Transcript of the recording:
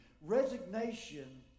Resignation